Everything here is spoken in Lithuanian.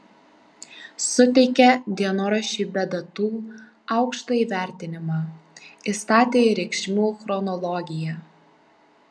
suteikė dienoraščiui be datų aukštą įvertinimą įstatė į reikšmių chronologiją